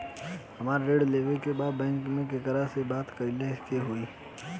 हमरा ऋण लेवे के बा बैंक में केकरा से बात करे के होई?